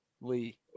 Lee